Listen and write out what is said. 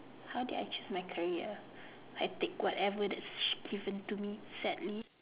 how did I choose my career I take whatever that's given to me sadly